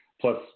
Plus